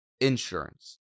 insurance